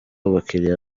abakiriya